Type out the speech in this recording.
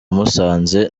musanze